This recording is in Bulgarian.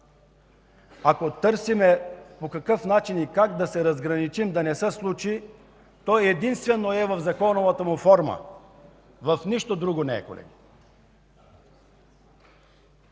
Ако търсим по какъв начин и как да се разграничим да не се случи, той единствено е в законовата му форма, в нищо друго не е, колеги.